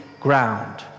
ground